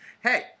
Hey